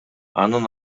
анын